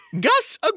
Gus